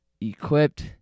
equipped